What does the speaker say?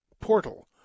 portal